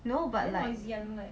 no but like